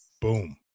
Boom